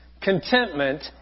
contentment